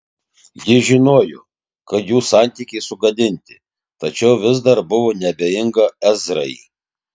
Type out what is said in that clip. ji žinojo kad jų santykiai sugadinti tačiau vis dar buvo neabejinga ezrai